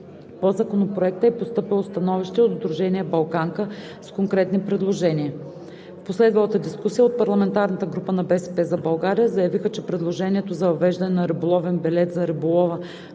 По Законопроекта е постъпило становище от Сдружение „Балканка” с конкретни предложения. В последвалата дискусия от парламентарната група на „БСП за България“ заявиха, че предложението за въвеждане на риболовен билет за риболова